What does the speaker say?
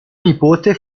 nipote